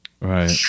Right